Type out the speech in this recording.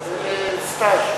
בקריית-אונו שמקבל סטאז'.